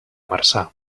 marçà